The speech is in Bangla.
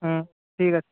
হুম ঠিক আছে